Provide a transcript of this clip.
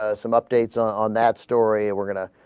ah some updates on on that story we're gonna ah.